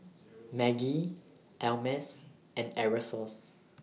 Maggi Ameltz and Aerosoles